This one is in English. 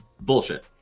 bullshit